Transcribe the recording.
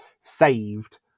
saved